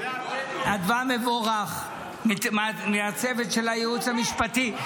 לאדוה מבורך מהצוות של הייעוץ המשפטי.